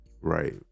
right